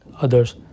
others